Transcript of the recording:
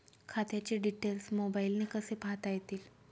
खात्याचे डिटेल्स मोबाईलने कसे पाहता येतील?